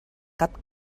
cap